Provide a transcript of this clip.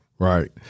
Right